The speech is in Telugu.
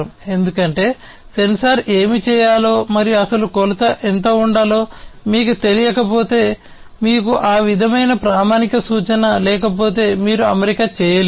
ఎందుకంటే సెన్సార్ ఏమి చేయాలో మరియు అసలు కొలత ఎంత ఉండాలో మీకు తెలియకపోతే మీకు ఆ విధమైన ప్రామాణిక సూచన లేకపోతే మీరు అమరిక చేయలేరు